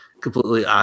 completely –